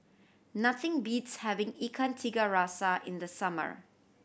nothing beats having Ikan Tiga Rasa in the summer